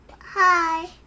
Hi